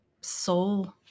soul